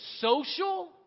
social